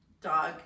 dog